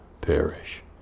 perish